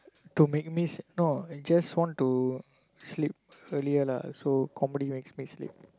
don't make me no I just want to sleep earlier lah so comedy makes me sleep